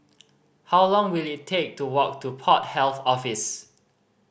how long will it take to walk to Port Health Office